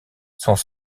sont